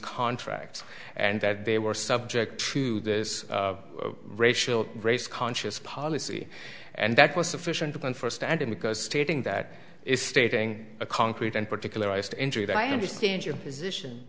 contracts and that they were subject to this racial race conscious policy and that was sufficient to confer standing because stating that is stating a concrete and particularized injury that i understand your position